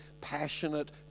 passionate